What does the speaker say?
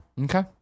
Okay